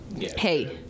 Hey